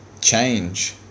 change